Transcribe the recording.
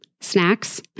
snacks